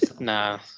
Nah